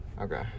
Okay